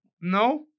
No